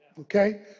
okay